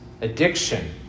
addiction